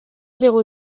zéro